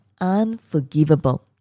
unforgivable